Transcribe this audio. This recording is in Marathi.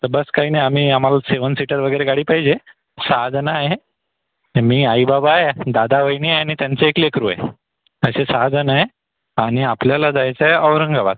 तर बस काही नाही आम्ही आम्हाला सेवन सीटर वगैरे गाडी पाहिजे सहाजणं आहे मी आई बाबा आहे दादा वाहिनी आहे आणि त्यांचं एक लेकरू आहे असे सहाजण आहे आणि आपल्याला जायचं आहे औरंगाबाद